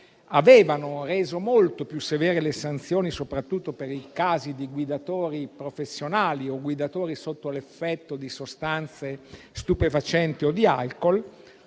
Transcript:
avevano reso molto più severe le sanzioni, soprattutto per i casi di guidatori professionali o guidatori sotto l'effetto di sostanze stupefacenti o di alcol,